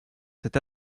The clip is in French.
cet